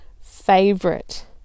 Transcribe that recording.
favorite